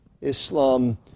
Islam